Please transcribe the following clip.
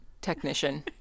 technician